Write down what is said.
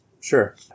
Sure